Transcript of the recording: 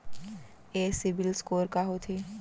ये सिबील स्कोर का होथे?